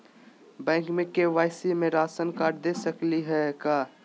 Bank में KYC में ration card दे सकली हई का?